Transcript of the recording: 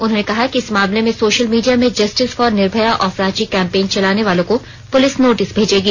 उन्होंने कहा कि इस मामले में सोशल मीडिया में justice for Nirbhaya of Ranchi campaign चलानेवालों को पुलिस नोटिस भेजेगी